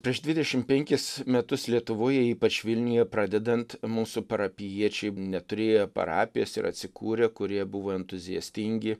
prieš dvidešim penkis metus lietuvoje ypač vilniuje pradedant mūsų parapijiečiai neturėjo parapijos ir atsikūrė kurie buvo entuziastingi